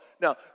Now